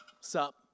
Sup